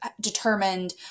determined